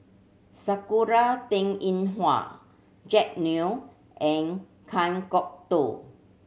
Sakura Teng Ying Hua Jack Neo and Kan Kwok Toh